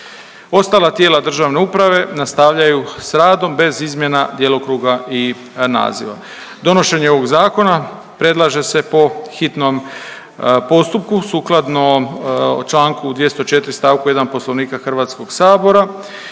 Ostala tijela državne uprave nastavlja s radom bez izmjena djelokruga i naziva. Donošenje ovog zakona predlaže se po hitnom postupku sukladno čl. 204. st. 1. Poslovnika HS-a i smatramo